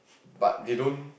but they don't